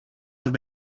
have